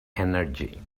energy